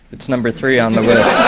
it's number three on the list.